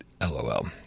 Lol